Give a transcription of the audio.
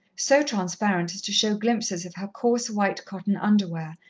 so transparent as to show glimpses of her coarse, white-cotton underwear,